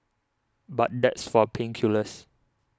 but that's for pain killers